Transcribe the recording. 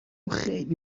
خیلی